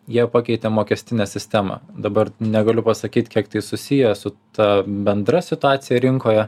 jie pakeitė mokestinę sistemą dabar negaliu pasakyt kiek tai susiję su ta bendra situacija rinkoje